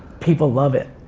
people love it,